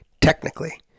technically